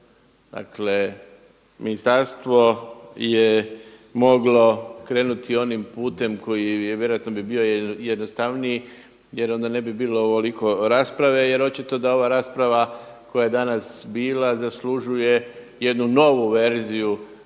Dakle, ministarstvo je moglo krenuti onim putem koji bi vjerojatno bio jednostavniji jer onda ne bi bilo ovoliko rasprave. Jer očito da ova rasprava koja je danas bila zaslužuje jednu novu verziju